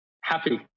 Happy